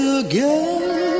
again